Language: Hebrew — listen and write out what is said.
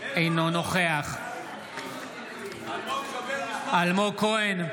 אינו נוכח אלמוג כהן,